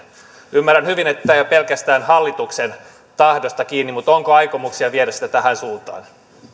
ymmärrän hyvin että tämä ei ole pelkästään hallituksen tahdosta kiinni mutta onko aikomuksia viedä sitä tähän suuntaan